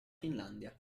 finlandia